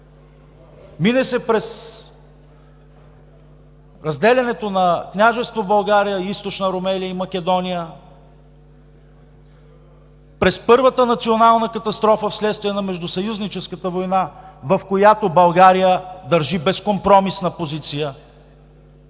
мине се през разделянето на Княжество България, Източна Румелия и Македония, през първата национална катастрофа вследствие на Междусъюзническата война, в която България държи безкомпромисна позиция